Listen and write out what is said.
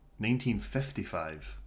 1955